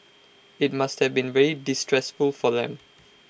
IT must have been very distressful for them